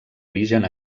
origen